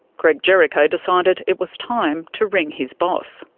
greg jericho decided it was time to ring his boss.